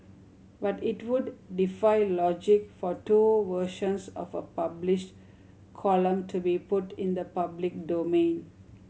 but it would defy logic for two versions of a published column to be put in the public domain